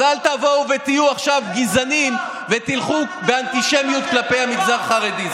אז אל תבואו ותהיו עכשיו גזענים ותלכו באנטישמיות כלפי המגזר החרדי.